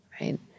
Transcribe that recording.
right